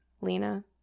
lena